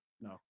No